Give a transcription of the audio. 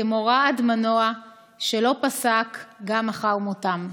כמו רעד מנוע / שלא פסק גם אחר מותם".